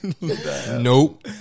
Nope